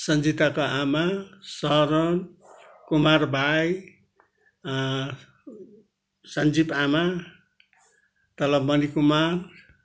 सन्जिताको आमा शरण कुमार भाइ सन्जिब आमा तल मणिकुमार